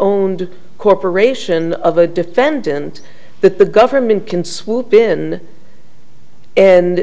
owned corporation of a defendant that the government can swoop in and